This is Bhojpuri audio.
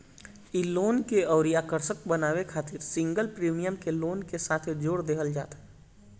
इ लोन के अउरी आकर्षक बनावे खातिर सिंगल प्रीमियम के लोन के साथे जोड़ देहल जात ह